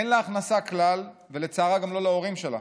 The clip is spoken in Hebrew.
אין לה הכנסה כלל, ולצערה גם לא להורים שלה.